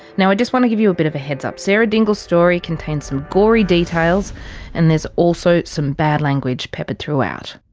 now i just want to give you a bit of a heads up sarah dingle's story contains some gory details and there's also some bad language peppered throughout.